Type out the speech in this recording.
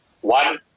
One